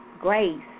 grace